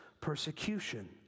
persecution